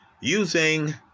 using